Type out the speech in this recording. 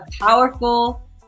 powerful